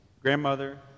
grandmother